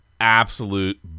absolute